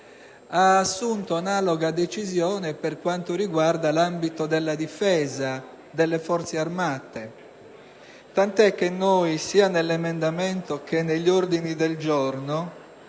ha assunto analoga decisione per quanto riguarda l'ambito della difesa, delle Forze armate, tant'è che noi sia nell'emendamento sia negli ordini del giorno